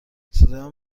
صدایم